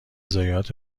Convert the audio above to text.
ضایعات